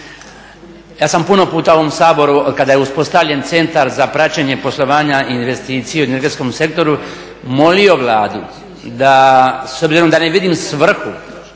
Ja sam puno puta u ovom Saboru kada je uspostavljen Centar za praćenje poslovanja i investicija u energetskom sektoru molio Vladu da s obzirom da ne vidim svrhu